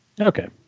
Okay